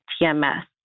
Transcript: TMS